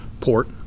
port